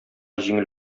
җиңел